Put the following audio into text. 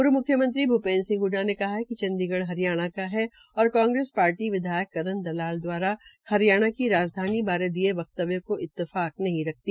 पूर्व म्र्ख्यमंत्री भूपेन्द्र सिंह हडडा ने कहा है कि चंडीगढ़ हरियाणा का है और कांग्रेस पार्टी विधायक करण दलाल द्वारा हरियाणा की राजधानी बारे दिये गये वक्तव्य से इतफाक नहीं रखती